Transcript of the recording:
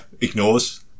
ignores